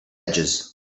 edges